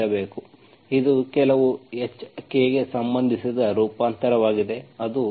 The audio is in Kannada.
ನೀವು ಹೊಂದಿರಬೇಕು ಇದು ಕೆಲವು hk ಗೆ ಸಂಬಂಧಿಸಿದ ರೂಪಾಂತರವಾಗಿದೆ